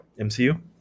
mcu